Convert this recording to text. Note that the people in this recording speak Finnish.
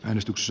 äänestys